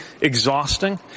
exhausting